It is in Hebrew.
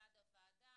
מצד הוועדה.